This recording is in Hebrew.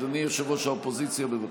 אדוני יושב-ראש האופוזיציה, בבקשה.